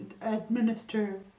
administer